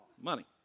Money